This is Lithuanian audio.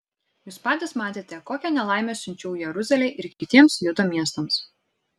jūs patys matėte kokią nelaimę siunčiau jeruzalei ir kitiems judo miestams